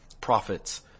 prophets